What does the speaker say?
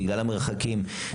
בגלל המרחקים.